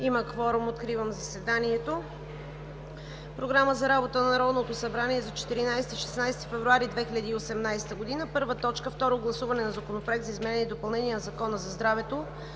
Има кворум. Откривам заседанието. (Звъни.) Програма за работата на Народното събрание за 14 – 16 февруари 2018 г.: 1. Второ гласуване на Законопроекта за изменение и допълнение на Закона за здравето.